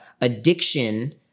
addiction